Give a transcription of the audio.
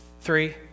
three